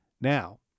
Now